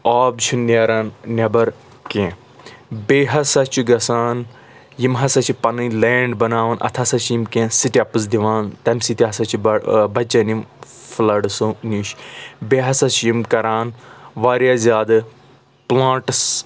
آب چھُ نیران نیٚبر کیٚنٛہہ بیٚیہِ ہَسا چھ گَژھان یم ہَسا چھِ پَنٕنۍ لینٛڈ بَناوان اَتھ ہَسا چھِ یم کیٚنٛہہ سِٹیٚپس دِوان تَمہِ سٍتۍ ہَسا چھِ بَچَن یم فُلَڈسو نِش بیٚیہِ ہَسا چھِ یِم کَران واریاہ زیادٕ پُلانٹس